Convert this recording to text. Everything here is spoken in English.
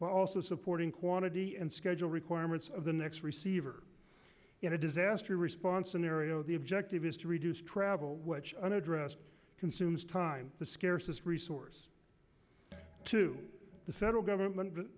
also supporting quantity and schedule requirements of the next receiver in a disaster response an area the objective is to reduce travel unaddressed consumes time the scarcest resource to the federal government